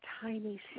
tiny